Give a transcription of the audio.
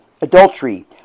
adultery